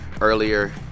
Earlier